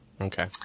Okay